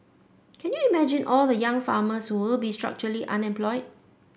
can you imagine all the young farmers who will be structurally unemployed